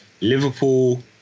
Liverpool